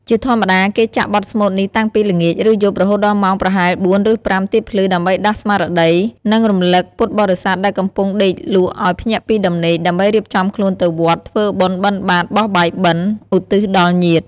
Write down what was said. ជាធម្មតា គេចាក់បទស្មូតនេះតាំងពីល្ងាច ឬយប់រហូតដល់ម៉ោងប្រហែល ៤ ឬ ៥ ទៀបភ្លឺ ដើម្បីដាស់ស្មារតី និងរំឭកពុទ្ធបរិស័ទដែលកំពុងដេកលក់ឲ្យភ្ញាក់ពីដំណេក ដើម្បីរៀបចំខ្លួនទៅវត្ត ធ្វើបុណ្យបិណ្ឌបាត្របោះបាយបិណ្ឌឧទ្ទិសដល់ញាតិ។